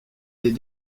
des